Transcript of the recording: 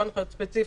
לא הנחיות ספציפיות,